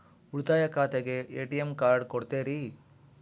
ಉಳಿತಾಯ ಖಾತೆಗೆ ATM card ಕೊಡ್ತೇರಿ?